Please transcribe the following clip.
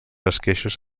esqueixos